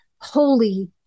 holy